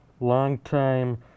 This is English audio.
longtime